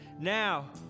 Now